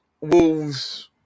Wolves